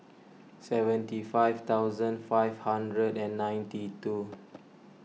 seventy five thousand five hundred and ninety two